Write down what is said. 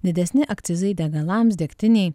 didesni akcizai degalams degtinei